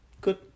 Good